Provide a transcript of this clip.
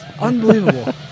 Unbelievable